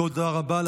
תודה רבה.